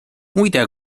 muide